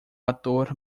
ator